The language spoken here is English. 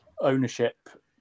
ownership